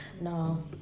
No